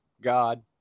god